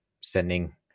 sending